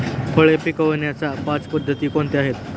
फळे विकण्याच्या पाच पद्धती कोणत्या आहेत?